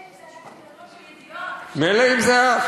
מילא אם זה היה גיליונות של "ידיעות" מילא אם זה היה,